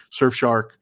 Surfshark